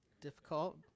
difficult